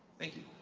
thank you.